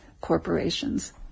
corporations